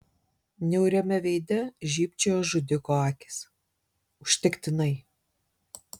niauriame veide žybčiojo žudiko akys užtektinai